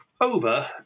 over